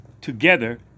together